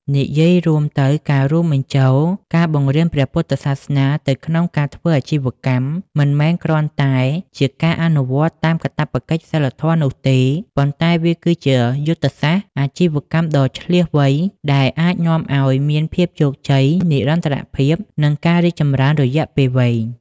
និយាយរួមទៅ ការរួមបញ្ចូលការបង្រៀនព្រះពុទ្ធសាសនាទៅក្នុងការធ្វើអាជីវកម្ម មិនមែនគ្រាន់តែជាការអនុវត្តតាមកាតព្វកិច្ចសីលធម៌នោះទេ ប៉ុន្តែវាគឺជា យុទ្ធសាស្ត្រអាជីវកម្មដ៏ឈ្លាសវៃ ដែលអាចនាំឱ្យមានភាពជោគជ័យ និរន្តរភាព និងការរីកចម្រើនរយៈពេលវែង។